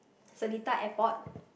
Seletar-Airport